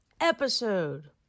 episode